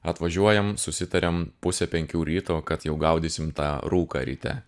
atvažiuojam susitarėm pusę penkių ryto kad jau gaudysim tą rūką ryte